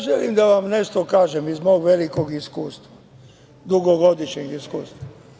Želim da vam nešto kažem, iz mog velikog iskustva, dugogodišnjeg iskustva.